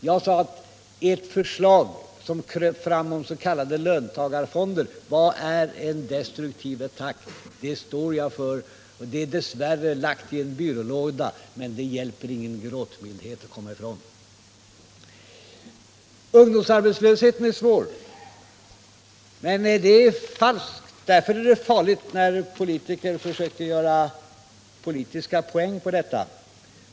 Jag sade att ert förslag om s.k. löntagarfonder som kröp fram är en destruktiv attack, och det står jag för. Det är dess bättre lagt i en byrålåda, och ingen gråtmildhet hjälper att komma ifrån det. Ungdomsarbetslösheten är svår, men det är farligt när politiker försöker skaffa sig politiska poäng på den.